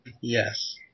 Yes